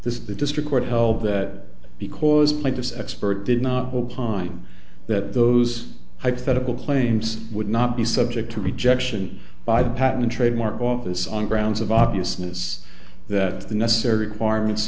the district court held that because plaintiffs expert did not opine that those hypothetical claims would not be subject to rejection by the patent and trademark office on grounds of obviousness that the necessary requirements